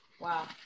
Wow